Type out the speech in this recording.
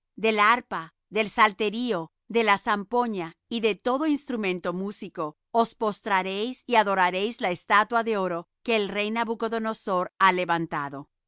del arpa del salterio de la zampoña y de todo instrumento músico os postraréis y adoraréis la estatua de oro que el rey nabucodonosor ha levantado y